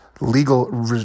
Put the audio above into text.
legal